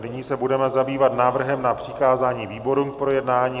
Nyní se budeme zabývat návrhem na přikázání výborům k projednání.